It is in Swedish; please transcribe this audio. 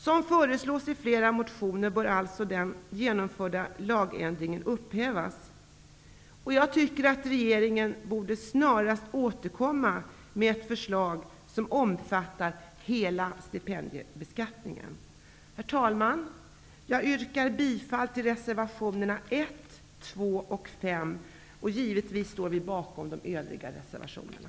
Som föreslås i flera motioner, bör alltså den genomförda lagändringen upphävas. Regeringen borde därför snarast återkomma med ett förslag som omfattar hela stipendiebeskattningen. Herr talman! Jag yrkar bifall till reservationerna 1, 2 och 5. Givetvis står vi bakom de övriga reservationerna.